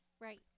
Right